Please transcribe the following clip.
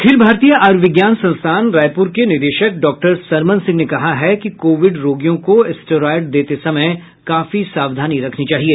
अखिल भारतीय आयुर्विज्ञान संस्थान रायपुर के निदेशक डॉक्टर सरमन सिंह ने कहा है कि कोविड रोगियों को स्टेरॉयड देते समय काफी सावधानी रखनी चाहिए